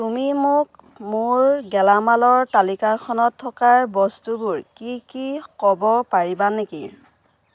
তুমি মোক মোৰ গেলামালৰ তালিকাখনত থকাৰ বস্তুবোৰ কি কি ক'ব পাৰিবা নেকি